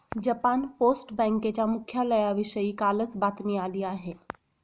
Japan post बँकेच्या मुख्यालयाविषयी कालच बातमी आली आहे